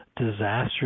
disaster